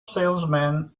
salesman